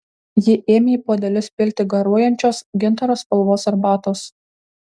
ji ėmė į puodelius pilti garuojančios gintaro spalvos arbatos